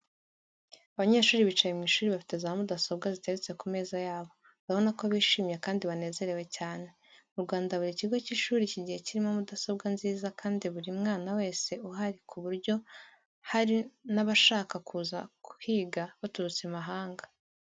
Abanyeshuri bicaye mu ishuri bafite za mudasobwa ziteretse ku meza yabo, urabona ko babyishimiye kandi banezerewe cyane, mu Rwanda buri kigo cy'ishuri kigiye kirimo mudasobwa nziza kandi kuri buri mwana wese uhari ku buryo hari nabashaka kuza kuhiga baturutse imahanga.